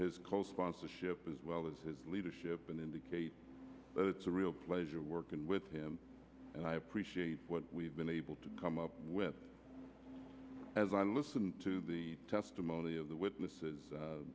sponsorship as well as his leadership and indicate that it's a real pleasure working with him and i appreciate what we've been able to come up with as i listened to the testimony of the witnesses